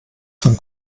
von